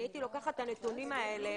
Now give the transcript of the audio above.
אני הייתי לוקחת את הנתונים האלה,